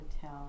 tell